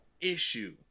issue